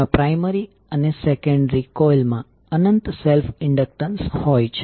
તેથી mutual voltage Mdi1dt હશે